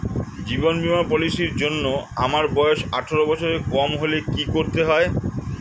জীবন বীমা পলিসি র জন্যে আমার বয়স আঠারো বছরের কম হলে কি করতে হয়?